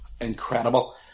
incredible